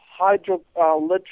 hydroelectric